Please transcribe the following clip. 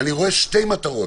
אני רואה שתי מטרות,